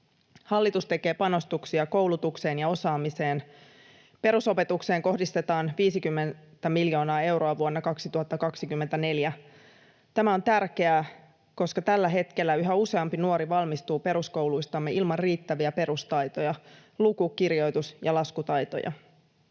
Hallitus tekee panostuksia koulutukseen ja osaamiseen. Perusopetukseen kohdistetaan 50 miljoonaa euroa vuonna 2024. Tämä on tärkeää, koska tällä hetkellä yhä useampi nuori valmistuu peruskouluistamme ilman riittäviä perustaitoja — luku-, kirjoitus- ja laskutaitoja